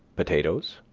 potatoes,